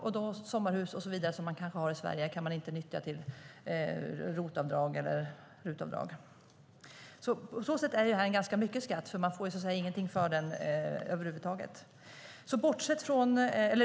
Möjligheten till avdrag för sommarhus i Sverige kan man inte nyttja, som ROT-avdrag eller RUT-avdrag. På så sätt är det ganska mycket skatt, för man får så att säga ingenting för den över huvud taget.